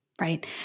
Right